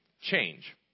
Change